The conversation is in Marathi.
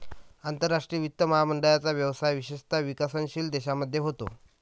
आंतरराष्ट्रीय वित्त महामंडळाचा व्यवसाय विशेषतः विकसनशील देशांमध्ये होतो